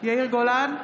יאיר גולן,